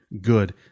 Good